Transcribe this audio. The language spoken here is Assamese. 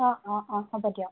অঁ অঁ অঁ হ'ব দিয়ক